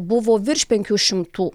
buvo virš penkių šimtų